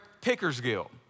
Pickersgill